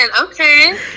okay